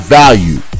value